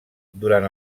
durant